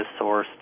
sourced